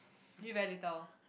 really very little